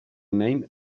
name